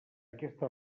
aquesta